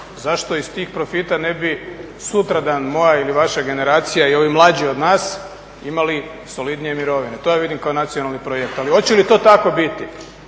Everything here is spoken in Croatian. Zašto iz tih profita ne bi sutradan moja ili vaša generacija i ovi mlađi od nas imali solidnije mirovine? To ja vidim kao nacionalni projekt. Ali hoće li to tako biti